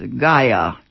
Gaia